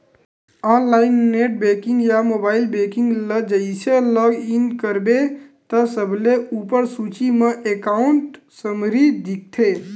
online net banking या mobile banking ल जइसे लॉग इन करबे त सबले उप्पर सूची म एकांउट समरी दिखथे